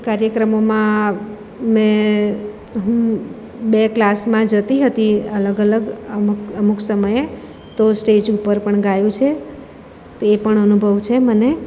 કાર્યક્રમોમાં મે હું બે ક્લાસમાં જતી હતી અલગ અલગ અમુક અમુક સમયે તો સ્ટેજ ઉપર પણ ગાયું છે તો એ પણ અનુભવ છે મને